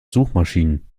suchmaschinen